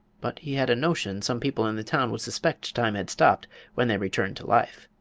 but he had a notion some people in the town would suspect time had stopped when they returned to life.